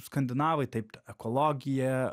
skandinavai taip ekologija